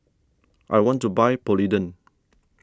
I want to buy Polident